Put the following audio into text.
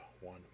one